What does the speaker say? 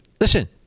Listen